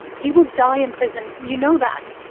he will die in prison, you know that.